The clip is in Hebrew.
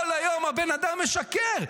כל היום הבן אדם משקר.